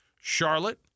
Charlotte